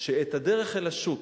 שאת הדרך אל השוק,